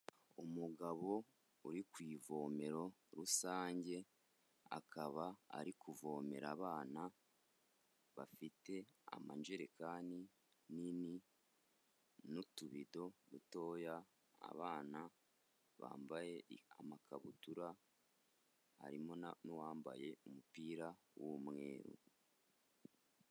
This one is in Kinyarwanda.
Umugabo uri ku ivomero rusange akaba ari kuvomera abana bafite amajerekani manini n'utubido dutoya. Abana bambaye amakabutura harimo n'uwambaye umupira w'umweru.